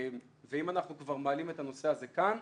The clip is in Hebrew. ואם אנחנו כבר מעלים את הנושא הזה כאן,